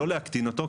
לא להקטין אותו,